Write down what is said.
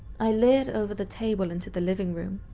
i leered over the table, into the living room.